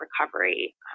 recovery